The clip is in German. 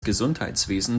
gesundheitswesen